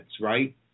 right